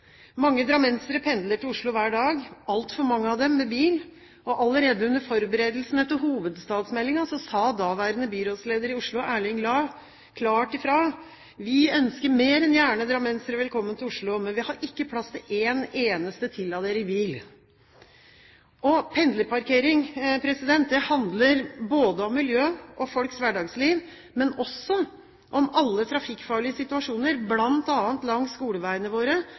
Mange drammensere pendler til Oslo hver dag – altfor mange av dem med bil. Allerede under forberedelsene til hovedstadsmeldingen sa daværende byrådsleder i Oslo, Erling Lae, klart fra: Vi ønsker mer enn gjerne drammensere velkommen til Oslo, men vi har ikke plass til én eneste til av dere i bil. Pendlerparkering handler ikke bare om miljø og folks hverdagsliv, men også om alle trafikkfarlige situasjoner, bl.a. langs skoleveiene våre,